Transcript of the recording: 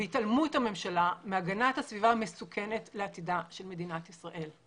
התעלמות הממשלה מהגנת הסביבה מסוכנת לעתידה של מדינת ישראל.